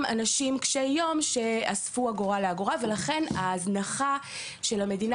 אנשים קשי יום שאספו אגורה לאגורה ולכן ההזנחה של המדינה